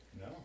No